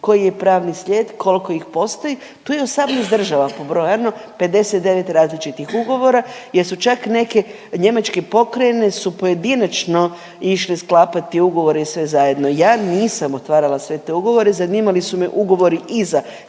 koji je pravni slijed, kolko ih postoji. Tu je 18 država pobrojano, 59 različitih ugovora jer su čak neke, njemačke pokrajine su pojedinačno išle sklapati ugovore i sve zajedno. Ja nisam otvarala sve te ugovore, zanimali su me ugovori iza